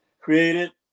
created